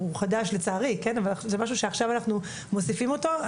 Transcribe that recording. חדש, לצערי, זה משהו שעכשיו אנחנו מוסיפים אותו.